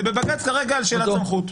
זה בבג"ץ כרגע על שאלת סמכות.